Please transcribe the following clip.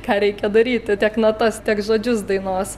ką reikia daryti tiek natas teks žodžius dainos